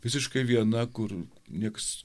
visiškai viena kur nieks